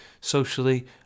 socially